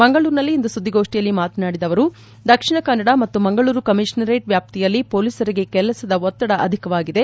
ಮಂಗಳೂರಿನಲ್ಲಿ ಇಂದು ಸುದ್ದಿಗೋಷ್ಠಿಯಲ್ಲಿ ಮಾತನಾಡಿದ ಅವರು ದಕ್ಷಿಣ ಕನ್ನಡ ಮತ್ತು ಮಂಗಳೂರು ಕಮಿಷನರೇಟ್ ವ್ಯಾಪ್ತಿಯಲ್ಲಿ ಪೊಲೀಸರಿಗೆ ಕೆಲಸದ ಒತ್ತಡ ಅಧಿಕವಾಗಿದೆ